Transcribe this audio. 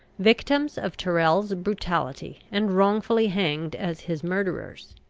victims of tyrrel's brutality, and wrongfully hanged as his murderers.